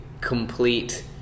complete